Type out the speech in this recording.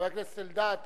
חבר הכנסת אלדד.